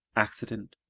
accident,